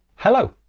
hello,